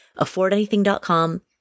affordanything.com